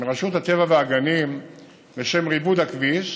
מרשות הטבע והגנים לשם ריבוד הכביש,